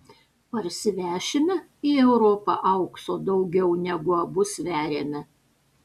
parsivešime į europą aukso daugiau negu abu sveriame